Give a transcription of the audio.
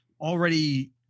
already